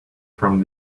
from